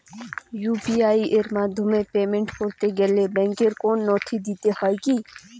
UPI এর মাধ্যমে payment করতে গেলে ব্যাংকের কোন নথি দিতে হয় কি?